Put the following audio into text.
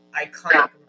iconic